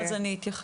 שאלות אני אתייחס.